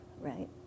Right